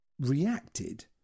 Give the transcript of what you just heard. reacted